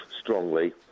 strongly